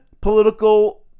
political